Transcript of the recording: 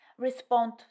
Respond